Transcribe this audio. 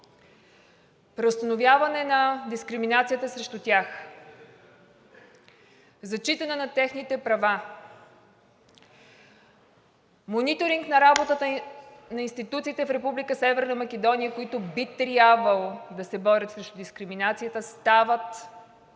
преустановяване на дискриминацията срещу тях, зачитане на техните права, мониторинг на работата на институциите в Република Северна Македония, които би трябвало да се борят срещу дискриминацията, стават